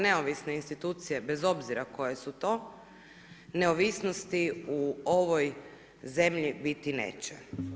Neovisne institucije bez obzira koje su to, neovisnosti u ovoj zemlji biti neće.